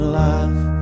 life